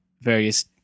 various